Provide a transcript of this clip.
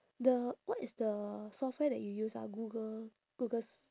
the what is the software that you use ah google google s~